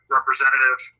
representative